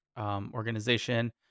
organization